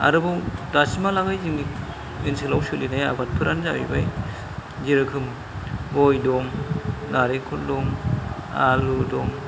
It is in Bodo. आरोबाव दासिमालागै जोंनि ओनसोलाव सोलिनाय आबादफोरानो जाहैबाय जेरोखोम गय दं नारेंखल दं आलु दं